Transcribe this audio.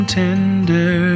tender